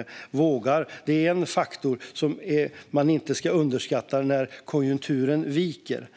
de vågar. Det är en faktor man inte ska underskatta när konjunkturen viker.